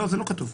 לא, זה לא כתוב.